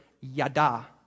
yada